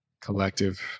collective